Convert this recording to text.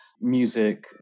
music